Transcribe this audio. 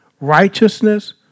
Righteousness